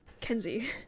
Kenzie